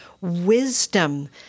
wisdom